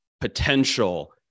potential